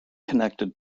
connected